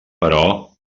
però